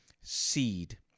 seed